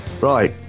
right